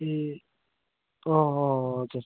ए अँ अँ अँ हजुर